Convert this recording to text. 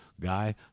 Guy